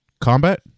combat